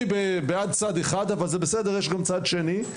אני בעד צד אחד אבל זה בסדר יש גם צד שני.